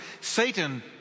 Satan